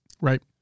Right